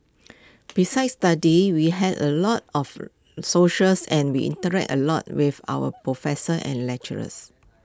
besides studies we had A lot of socials and we interacted A lot with our professors and lecturers